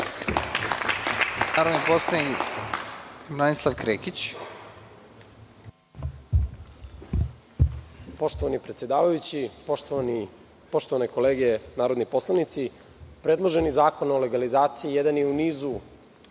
Krekić. **Branislav Krekić** Poštovani predsedavajući, poštovane kolege narodni poslanici, predloženi zakon o legalizaciji jedan je u nizu